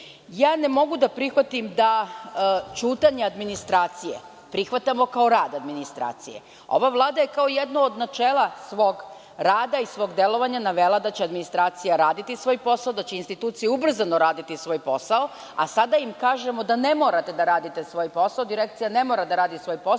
Ne mogu da prihvatim ćutanje administracije, prihvatamo kao rad administracije. Ova Vlada je kao jedno od načela svog rada i svog delovanja navela da će administracija raditi svoj posao, da će institucije ubrzano raditi svoj posao, a sada im kažemo da ne morate da radite svoj posao, Direkcija ne mora da radi svoj posao,